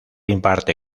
imparte